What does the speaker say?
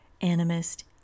animist